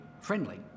friendly